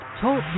Talk